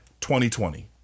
2020